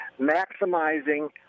maximizing